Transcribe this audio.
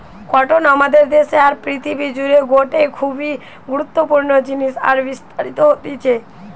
cotton আমাদের দেশে আর পৃথিবী জুড়ে গটে খুবই গুরুত্বপূর্ণ জিনিস আর বিস্তারিত হতিছে